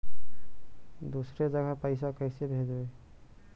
दुसरे जगह पैसा कैसे भेजबै?